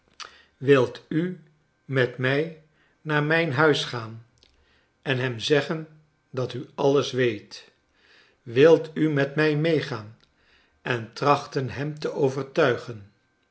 wilt u met mij naar mijn huis gaan en hem zeggen dat u alles weet wilt u met mij meegaan en trachten hem te overtuigen